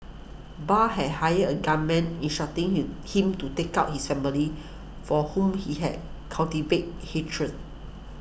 Bart had hired a gunman instructing he him to take out his family for whom he had cultivated hatred